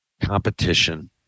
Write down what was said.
competition